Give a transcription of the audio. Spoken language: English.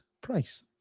Price